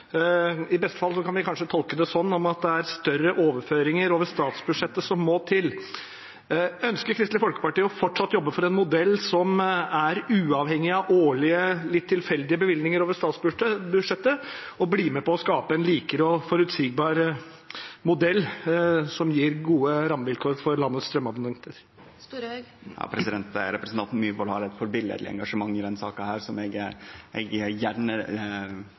I beste fall kan vi kanskje tolke det slik at det er større overføringer over statsbudsjettet som må til. Ønsker Kristelig Folkeparti fortsatt å jobbe for en modell som er uavhengig av årlige, litt tilfeldige bevilgninger over statsbudsjettet, og blir de med på å skape en likere og mer forutsigbar modell som gir gode rammevilkår for landets strømabonnenter? Representanten Myhrvold har eit mønsterverdig engasjement i denne saka, som